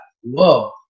whoa